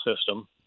system